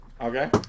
Okay